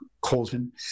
Colton